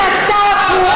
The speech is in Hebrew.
חלק מזה זו הסתה פרועה,